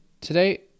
today